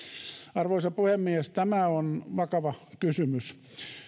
arvoisa puhemies tämä on vakava kysymys